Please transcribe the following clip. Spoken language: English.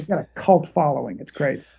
yeah a cult following. it's crazy.